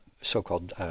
so-called